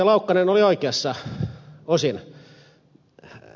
laukkanen oli oikeassa osin